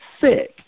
sick